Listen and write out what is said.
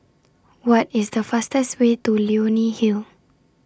What IS The fastest Way to Leonie Hill